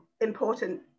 important